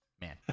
man